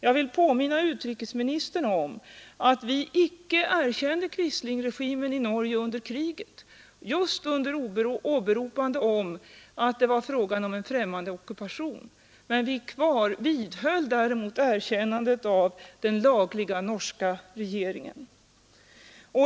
Jag vill påminna utrikesministern om att vi icke erkände Quislingregimen i Norge under kriget, just under åberopande av att det var fråga om en främmande ockupation. Vi vidhöll däremot erkännandet av den lagliga norska regeringen.